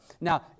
Now